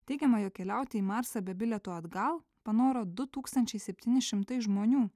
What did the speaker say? teigiama jog keliauti į marsą be bilieto atgal panoro du tūkstančiai septyni šimtai žmonių